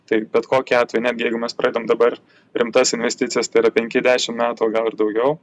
tai bet kokiu atveju netgi jeigu mes pradedam dabar rimtas investicijas tai yra penki dešim metų o gal ir daugiau